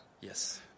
Yes